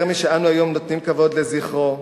יותר משאנו היום נותנים כבוד לזכרו,